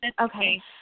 okay